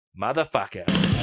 motherfucker